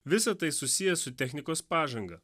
visa tai susiję su technikos pažanga